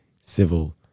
civil